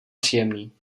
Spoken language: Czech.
příjemný